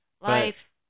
Life